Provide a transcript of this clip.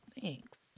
thanks